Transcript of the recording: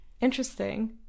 Interesting